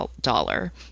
dollar